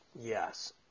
Yes